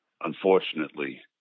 Unfortunately